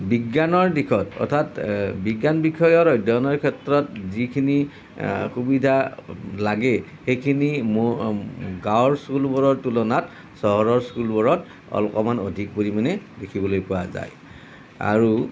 বিজ্ঞানৰ দিশত অৰ্থাৎ বিজ্ঞান বিষয়ৰ অধ্যয়নৰ ক্ষেত্ৰত যিখিনি সুবিধা লাগে সেইখিনি গাঁৱৰ স্কুলবোৰৰ তুলনাত চহৰৰ স্কুলবোৰত অকণমান অধিক পৰিমাণে দেখিবলৈ পোৱা যায় আৰু